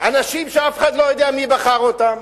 אנשים שאף אחד לא יודע מי בחר אותם.